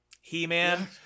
he-man